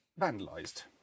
vandalized